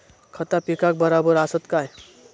खता पिकाक बराबर आसत काय?